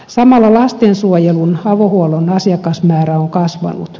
samalla lastensuojelun avohuollon asiakasmäärä on kasvanut